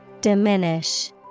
Diminish